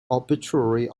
obituary